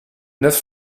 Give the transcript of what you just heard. neuf